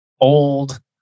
old